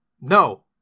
No